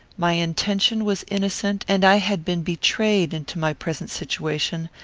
my intention was innocent, and i had been betrayed into my present situation,